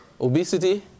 obesity